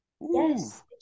Yes